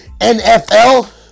NFL